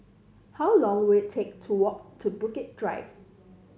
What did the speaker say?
how long will it take to walk to Bukit Drive